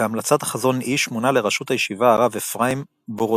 בהמלצת החזון איש מונה לראשות הישיבה הרב אפרים בורודיאנסקי,